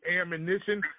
ammunition